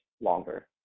longer